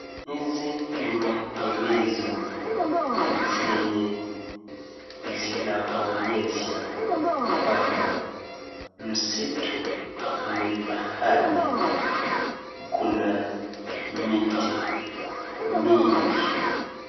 Hizi ni maelezo zenye zinaonyesha kwamba , misitu ni mahali kuna miti mingi.